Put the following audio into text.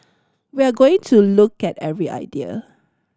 we are going to look at every idea